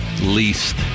least